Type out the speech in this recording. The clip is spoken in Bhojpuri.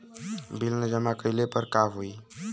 बिल न जमा कइले पर का होई?